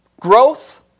Growth